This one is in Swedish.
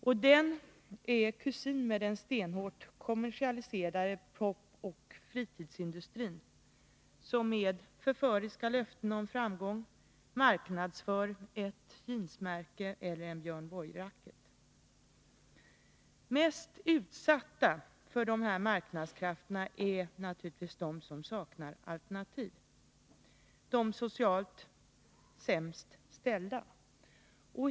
Och den är ”kusin” med den stenhårt kommersialiserade popoch fritidsindustrin som med förföriska löften om framgång marknadsför ett jeansmärke eller en Björn Borg-racket. Mest utsatta för de här marknadskrafterna är naturligtvis de som saknar alternativ, de socialt sämst ställda.